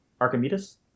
archimedes